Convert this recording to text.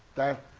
that,